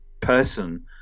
person